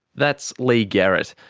that's leigh garrett,